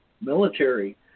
military